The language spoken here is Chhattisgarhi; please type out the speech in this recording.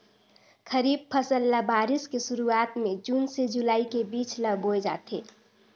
खरीफ फसल ल बारिश के शुरुआत में जून से जुलाई के बीच ल बोए जाथे